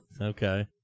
Okay